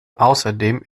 außerdem